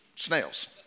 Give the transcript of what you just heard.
Snails